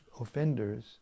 offenders